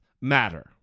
matter